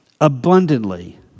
Abundantly